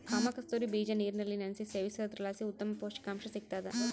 ಕಾಮಕಸ್ತೂರಿ ಬೀಜ ನೀರಿನಲ್ಲಿ ನೆನೆಸಿ ಸೇವಿಸೋದ್ರಲಾಸಿ ಉತ್ತಮ ಪುಷಕಾಂಶ ಸಿಗ್ತಾದ